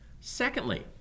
secondly